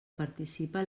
participa